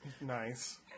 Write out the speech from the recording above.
Nice